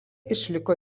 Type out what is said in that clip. išliko